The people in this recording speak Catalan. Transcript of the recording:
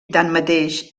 tanmateix